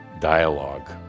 dialogue